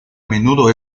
menudo